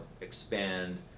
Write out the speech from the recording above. expand